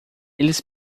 eles